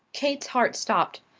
kate's heart stopped.